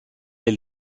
est